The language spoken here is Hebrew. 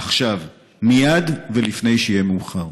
עכשיו, מייד, ולפני שיהיה מאוחר.